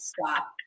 stop